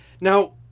Now